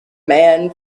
man